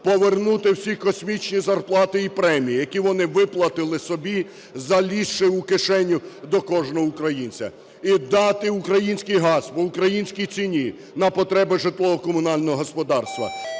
повернути всі космічні зарплати і премії, які вони виплатили собі, залізши в кишеню до кожного українця, і дати український газ по українській ціні на потреби житлово-комунального господарства.